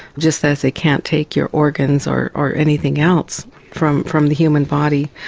just as they can't take your organs or or anything else from from the human body.